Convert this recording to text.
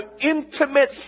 intimate